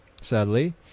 sadly